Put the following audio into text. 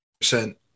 percent